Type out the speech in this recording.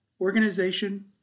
organization